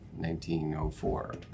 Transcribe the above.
1904